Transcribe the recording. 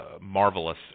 marvelous